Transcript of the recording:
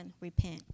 repent